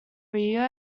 rio